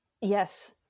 Yes